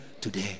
today